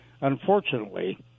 Unfortunately